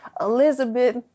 Elizabeth